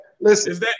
Listen